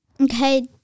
Okay